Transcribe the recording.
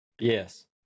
yes